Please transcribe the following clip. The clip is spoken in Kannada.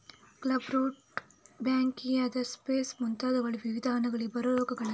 ಕ್ಲಬ್ ರೂಟ್, ಬ್ಯಾಕ್ಟೀರಿಯಾದ ಸ್ಪೆಕ್ ಮುಂತಾದವುಗಳು ವಿವಿಧ ಹಣ್ಣುಗಳಿಗೆ ಬರುವ ರೋಗಗಳಾಗಿವೆ